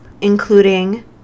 including